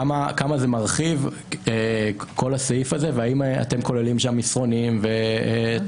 כמה זה מרחיב כל הסעיף הזה והאם אתם כוללים שם מסרונים ובוטים.